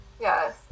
Yes